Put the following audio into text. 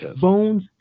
Bones